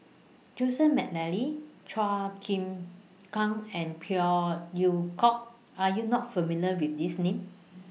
Joseph Mcnally Chua Chim Kang and Phey Yew Kok Are YOU not familiar with These Names